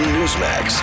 Newsmax